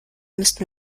müssten